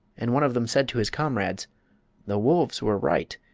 and one of them said to his comrades the wolves were right.